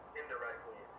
indirectly